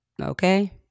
Okay